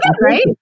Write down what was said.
right